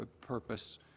purpose